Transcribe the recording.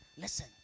Listen